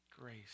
grace